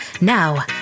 Now